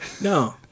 No